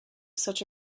such